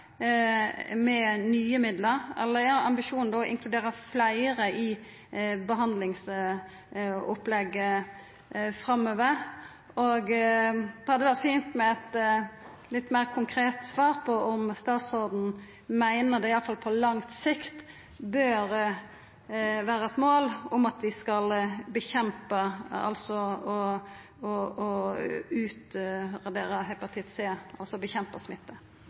med nye middel, eller er ambisjonen å inkludera fleire i behandlingsopplegget framover? Det hadde vore fint med eit litt meir konkret svar på om statsråden meiner at det i alle fall på lang sikt bør vera eit mål at vi skal kjempa mot og utradera hepatitt C, altså kjempa mot smitte.